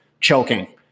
choking